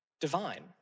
divine